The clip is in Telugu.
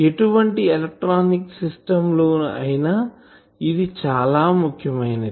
ఎటువంటి ఎలక్ట్రానిక్ సిస్టం లో అయినా ఇది చాలా ముఖ్యమైనది